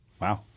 Wow